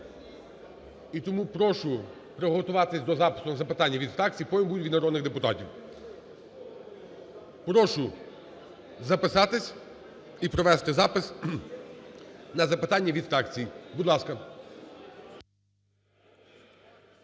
І тому прошу приготуватися до запису на запитання від фракцій, потім будуть від народних депутатів. Прошу записатися і провести запис на запитання від фракцій. Будь ласка.